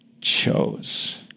chose